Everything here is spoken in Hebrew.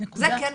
זה כן בסמכותם.